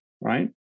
right